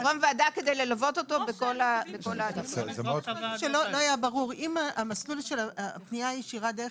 זה לא קורה היום,